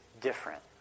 different